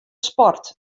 sport